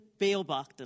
beobachten